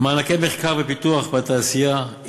מענקי מחקר ופיתוח בתעשייה,